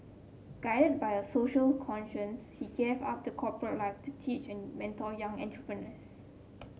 guided by a social conscience he gave up the corporate life to teach and mentor young entrepreneurs